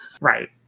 Right